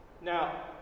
Now